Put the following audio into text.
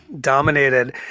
dominated